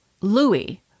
Louis